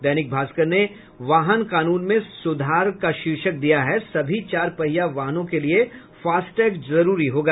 दैनिक भास्कर ने वाहन कानून में सुधार का शीर्षक दिया है सभी चार पहिया वाहनों के लिए फास्टैग जरूरी होगा